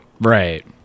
Right